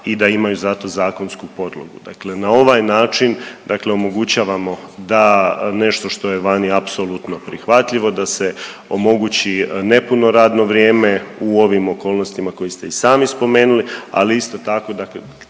i da imaju za to zakonsku podlogu. Dakle na ovaj način dakle omogućavamo da nešto što je vani apsolutno prihvatljivo da se omogući nepuno radno vrijeme u ovim okolnostima koje ste i sami spomenuli, ali isto tako da